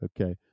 Okay